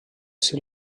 s’hi